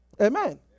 Amen